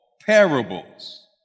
parables